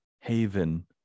haven